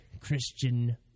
Christian